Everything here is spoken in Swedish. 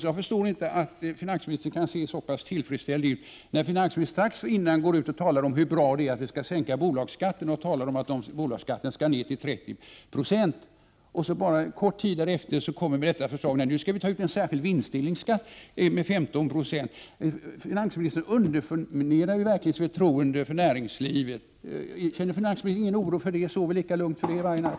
Jag förstår inte att finansministern kan se så tillfredsställd ut när finansministern har gått ut och talat om hur bra det är att vi skall sänka bolagsskatten och om att den skall ned till 30 20 och kort tid därefter kommer med ett förslag om att ta ut en särskild vinstdelningsskatt med 15 26. Finansministern underminerar verkligen näringslivets förtroende för honom. Känner finansministern ingen oro för det? Sover finansministern lika lugnt för det varje natt?